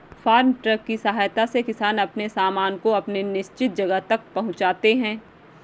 farm truck की सहायता से किसान अपने सामान को अपने निश्चित जगह तक पहुंचाते हैं